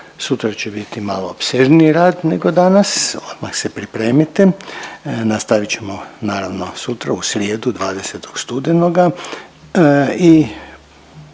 Sutra će biti malo opsežniji rad nego danas, odmah se pripremite, nastavit ćemo naravno sutra, u srijedu, 20. studenoga